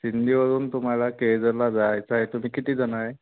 सिंधीवरून तुम्हाला केजरला जायचं आहे तुम्ही किती जण आहे